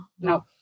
no